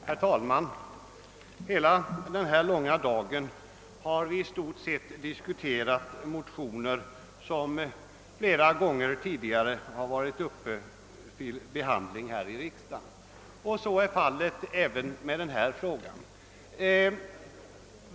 Herr talman! Hela denna långa debattdag har vi i stort sett diskuterat motioner som flera gånger tidigare har varit uppe till behandling här i riksdagen, och så är fallet även med denna fråga.